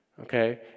Okay